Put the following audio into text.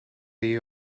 day